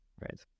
right